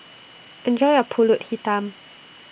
Enjoy your Pulut Hitam